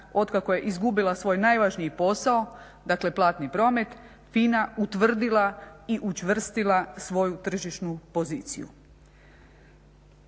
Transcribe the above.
otkako je izgubila svoj najvažniji posao, dakle platni promet FINA utvrdila i učvrstila svoju tržišnu poziciju.